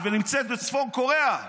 בהירה, ונמצאת בצפון קוריאה,